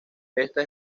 esta